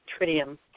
Tritium